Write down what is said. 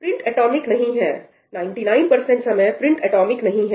print atomic नहीं है 99 percent समय प्रिंट एटॉमिक नहीं है